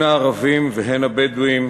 הן הערביים והן הבדואיים,